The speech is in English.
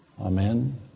Amen